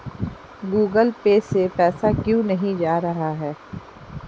Google Pay से पैसा क्यों नहीं जा रहा है?